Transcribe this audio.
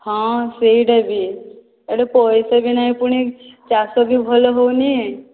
ହଁ ସେହିଟା ବି ଇଆଡ଼େ ପଇସା ବି ନାହିଁ ପୁଣି ଚାଷ ବି ଭଲ ହେଉନି